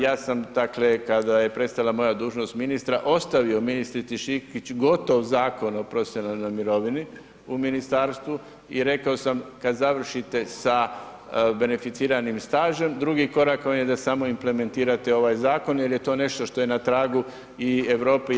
Ja sam, dakle kada je prestala moja dužnost ministra ostavio ministrici Šikić gotov Zakon o profesionalnoj mirovini u ministarstvu i rekao sam kad završite sa benficiranim stažem drugi korak vam je da samo implementirate ovaj zakon jer je to nešto što je na tragu i Europe i EU.